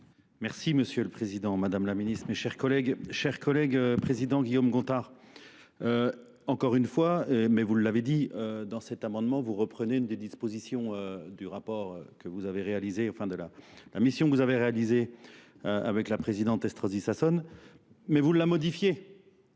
Merci Monsieur le Président, Madame la Ministre, mes chers collègues, Président Guillaume Gontard. Encore une fois, mais vous l'avez dit dans cet amendement, vous reprenez des dispositions du rapport que vous avez réalisé au fin de la mission que vous avez réalisée avec la Présidente Estrosi Sassonne, mais vous l'avez modifié.